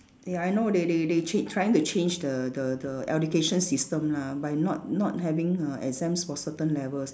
they I know they they they change trying to change the the the education system lah by not not having uh exams for certain levels